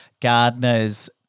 gardeners